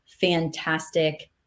fantastic